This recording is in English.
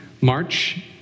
March